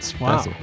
Wow